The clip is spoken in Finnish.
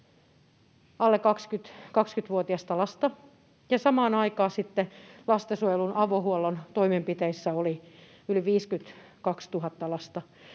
alle 20-vuotiasta lasta ja samaan aikaan lastensuojelun avohuollon toimenpiteissä oli yli 52 000 lasta,